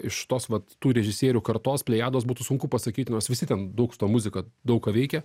iš tos vat tų režisierių kartos plejados būtų sunku pasakyt nors visi ten daug su ta muzika daug ką veikė